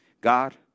God